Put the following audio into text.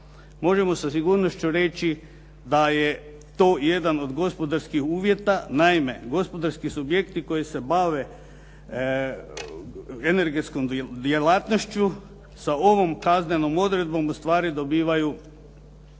možemo sa sigurnošću reći da je to jedan od gospodarskih uvjeta. Naime, gospodarski subjekti koji se bave energetskom djelatnošću sa ovom kaznenom odredbom u stvari dobivaju